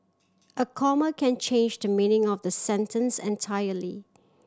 a comma can change the meaning of the sentence entirely